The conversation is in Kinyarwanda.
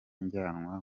njyanwa